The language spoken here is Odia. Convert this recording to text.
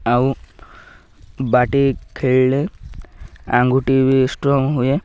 ଆଉ ବାଟି ଖେଳିଲେ ଆଙ୍ଗୁଟି ବି ଷ୍ଟ୍ରଙ୍ଗ ହୁଏ